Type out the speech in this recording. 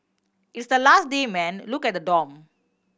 it's the last day man look at the dorm